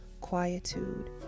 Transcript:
quietude